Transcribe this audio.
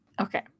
Okay